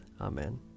Amen